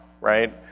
right